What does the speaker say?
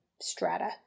strata